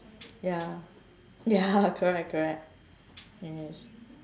ya ya correct correct ya